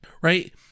Right